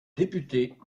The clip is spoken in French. député